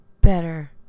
better